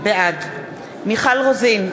בעד מיכל רוזין,